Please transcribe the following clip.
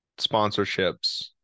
sponsorships